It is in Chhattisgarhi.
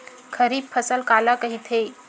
खरीफ फसल काला कहिथे?